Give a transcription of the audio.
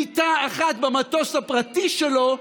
מיטה אחת במטוס הפרטי שלו,